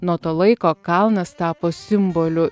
nuo to laiko kalnas tapo simboliu